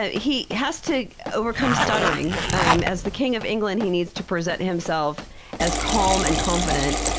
ah he has to overcome stuttering. um as the king of england he needs to present himself as calm and confident,